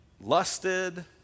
lusted